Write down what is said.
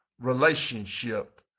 relationship